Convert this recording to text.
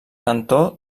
cantó